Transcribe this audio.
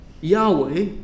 Yahweh